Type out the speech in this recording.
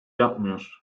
yapmıyor